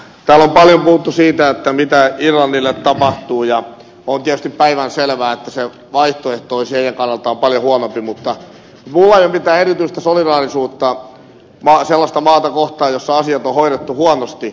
täällä on paljon puhuttu siitä mitä irlannille tapahtuu ja on tietysti päivänselvää että se vaihtoehto olisi heidän kannaltaan paljon huonompi mutta minulla ei ole mitään erityistä solidaarisuutta sellaista maata kohtaan jossa asiat on hoidettu huonosti